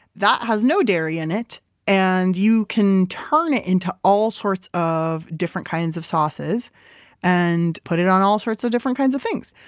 that has no dairy in it and you can turn it into all sorts of different kinds of sauces and put it on all sorts of different kinds of things.